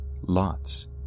lots